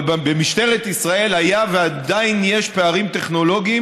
אבל במשטרת ישראל היו ועדיין יש פערים טכנולוגיים